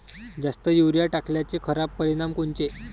जास्त युरीया टाकल्याचे खराब परिनाम कोनचे?